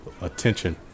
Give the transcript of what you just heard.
attention